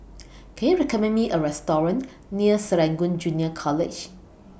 Can YOU recommend Me A Restaurant near Serangoon Junior College